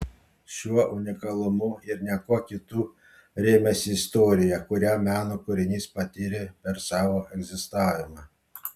šiuo unikalumu ir ne kuo kitu rėmėsi istorija kurią meno kūrinys patyrė per savo egzistavimą